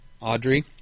Audrey